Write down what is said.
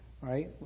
right